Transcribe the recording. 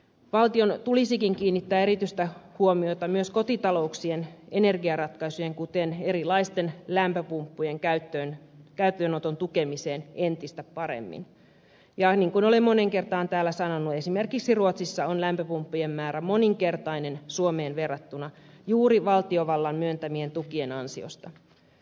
valtion tulisikin kiinnittää erityistä huomiota myös kotitalouksien energiaratkaisujen kuten erilaisten lämpöpumppujen käyttöönoton tukemiseen entistä paremmin ja niin kuin olen moneen kertaan täällä sanonut esimerkiksi ruotsissa on lämpöpumppujen määrä moninkertainen suomeen verrattuna juuri valtiovallan myöntämien tukien ansiosta